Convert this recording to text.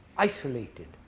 Isolated